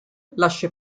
lascia